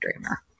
Dreamer